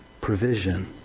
Provision